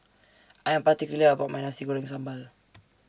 I Am particular about My Nasi Goreng Sambal